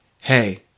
Hey